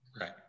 right